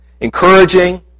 encouraging